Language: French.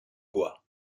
bois